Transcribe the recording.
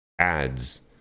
ads